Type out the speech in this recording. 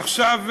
עכשיו,